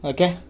Okay